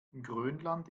grönland